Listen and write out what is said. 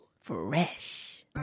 Fresh